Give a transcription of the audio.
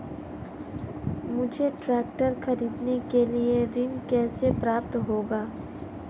मुझे ट्रैक्टर खरीदने के लिए ऋण कैसे प्राप्त होगा?